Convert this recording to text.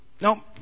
No